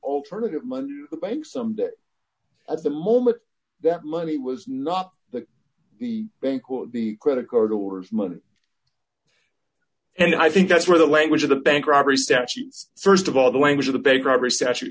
alternative money the bank some day at the moment that money was not that the bank or the credit card or money and i think that's where the language of the bank robbery statutes st of all the language of the bank robbery statute